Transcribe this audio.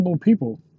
people